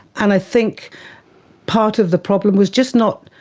and i think part of the problem was just not